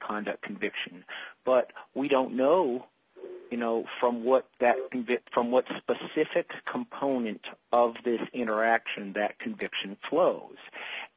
conduct conviction but we don't know you know from what that from what but if that component of that interaction that conviction flows